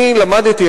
אני למדתי,